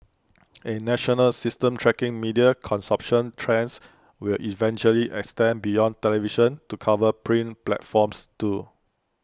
A national system tracking media consumption trends will eventually extend beyond television to cover print platforms too